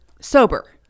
sober